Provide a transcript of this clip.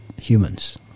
humans